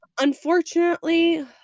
unfortunately